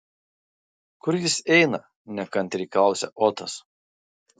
kur jis eina nekantriai klausia otas